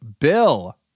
Bill